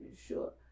Sure